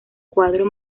cuadro